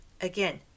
Again